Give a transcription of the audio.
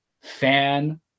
fan